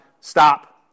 stop